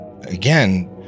again